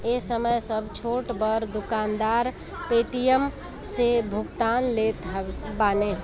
ए समय सब छोट बड़ दुकानदार पेटीएम से भुगतान लेत बाने